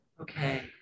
okay